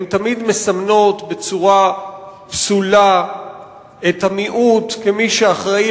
הם תמיד מסמנים בצורה פסולה את המיעוט כמי שאחראי